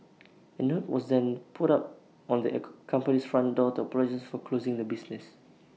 A note was then put up on the company's front door to apologise for closing the business